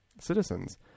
citizens